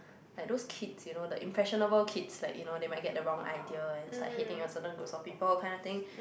like those kids you know the impressionable kids like you know they might get the wrong idea and it's like hating a certain groups of people that kind of thing